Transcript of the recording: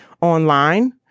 online